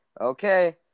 Okay